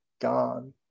gone